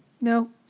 no